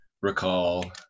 recall